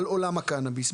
על עולם הקנביס.